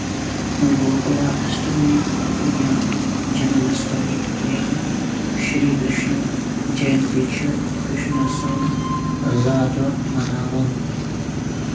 گوکُلا اٮ۪سٹَمی یا جنم اٮ۪سٹَمی یا شِرٛی کِرٛشنا جَینتی چھِ کِرٛشنا سُنٛد زا دۄہ مناوُن